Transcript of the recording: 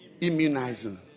Immunizing